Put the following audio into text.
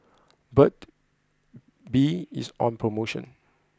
Burt's Bee is on promotion